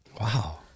Wow